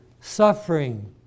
suffering